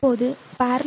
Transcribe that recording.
இப்போது parallel